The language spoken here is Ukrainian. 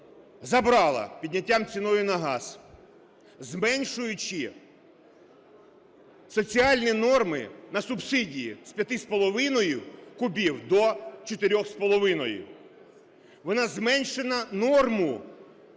забрала підняттям ціни на газ, зменшуючи соціальні норми на субсидії з 5,5 кубів до 4,5. Вона зменшила норму,